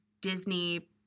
Disney